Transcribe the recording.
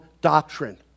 doctrine